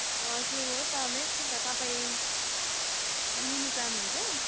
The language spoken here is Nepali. हजुर हो त तपईँ लिन चाहनुहुन्छ